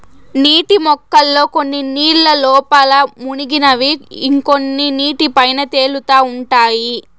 నీటి మొక్కల్లో కొన్ని నీళ్ళ లోపల మునిగినవి ఇంకొన్ని నీటి పైన తేలుతా ఉంటాయి